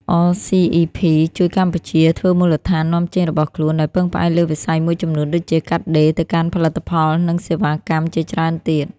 អ សុី អុី ភី (RCEP)ជួយកម្ពុជា ធ្វើមូលដ្ឋាននាំចេញរបស់ខ្លួន ដោយពឹងផ្អែកលើវិស័យមួយចំនួន ដូចជា កាត់ដេរ ទៅកាន់ផលិតផល និងសេវាកម្មជាច្រើនទៀត។